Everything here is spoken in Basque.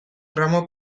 gramo